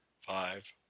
five